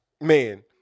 Man